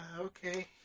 okay